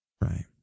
Right